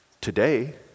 today